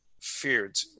feared